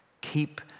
Keep